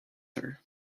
her